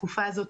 התקופה הזאת,